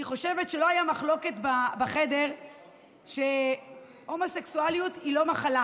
אני חושבת שלא הייתה מחלוקת בחדר שהומוסקסואליות היא לא מחלה.